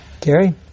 Gary